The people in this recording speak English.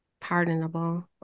pardonable